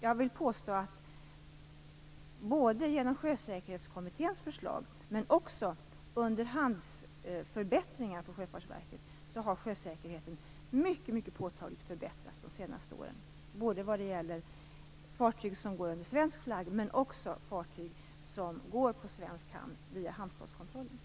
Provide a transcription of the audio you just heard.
Jag vill påstå att sjösäkerheten, i och med Sjösäkerhetskommitténs förslag och underhandsförbättringar på Sjöfartsverket, mycket påtagligt har förbättrats under de senaste åren. Det gäller både fartyg som går under svensk flagg och fartyg som går på svensk hamn via hamnstadskontrollen.